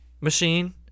machine